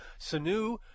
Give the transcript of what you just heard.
Sanu